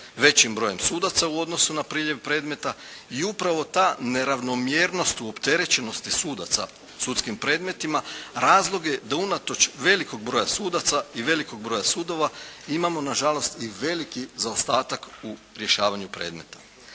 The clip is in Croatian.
većim brojem sudaca u odnosu na priljev predmeta i upravo ta neravnomjernost u opterećenosti sudaca sudskim predmetima razlog je da unatoč velikog broja sudaca i velikog broja sudova imamo nažalost i veliki zaostatak u rješavanju predmeta.